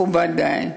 מכובדי,